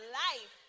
life